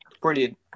Brilliant